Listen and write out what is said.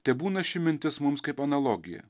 tebūna ši mintis mums kaip analogija